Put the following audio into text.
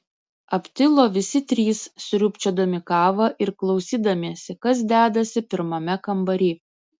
aptilo visi trys sriubčiodami kavą ir klausydamiesi kas dedasi pirmame kambary